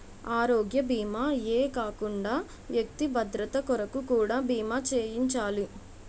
ఆరోగ్య భీమా ఏ కాకుండా వ్యక్తి భద్రత కొరకు కూడా బీమా చేయించాలి